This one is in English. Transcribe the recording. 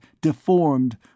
deformed